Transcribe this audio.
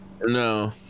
No